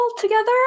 together